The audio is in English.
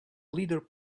leader